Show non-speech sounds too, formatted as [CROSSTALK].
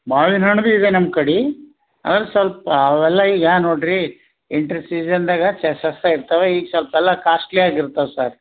ಮಾವಿನ ಹಣ್ಣು ಬಿ ಇದೆ ನಮ್ಮ ಕಡೆ ಅಂದ್ರೆ ಸ್ವಲ್ಪ ಅವೆಲ್ಲ ಈಗ ನೋಡಿರಿ ಇಂಟ್ರ್ ಸೀಸನ್ದಾಗೆ [UNINTELLIGIBLE] ಇರ್ತಾವೆ ಈಗ ಸ್ವಲ್ಪ ಎಲ್ಲ ಕಾಸ್ಟ್ಲಿ ಆಗಿರ್ತಾವೆ ಸಾರ್